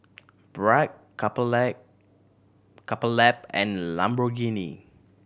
Bragg Couple Couple Lab and Lamborghini